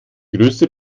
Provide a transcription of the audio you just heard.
größte